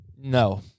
No